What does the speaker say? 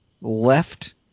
left